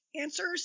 answers